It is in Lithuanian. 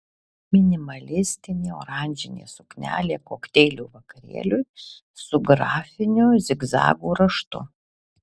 minimalistinė oranžinė suknelė kokteilių vakarėliui su grafiniu zigzagų raštu